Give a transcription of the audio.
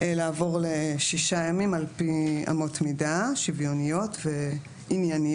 לעבור לשישה ימים על פי אמות מידה שוויוניות וענייניות.